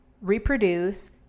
reproduce